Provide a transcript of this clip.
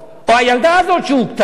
או הילדה הזאת שהוכתה.